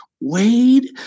Wade